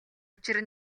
учир